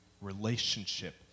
relationship